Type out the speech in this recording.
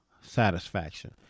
satisfaction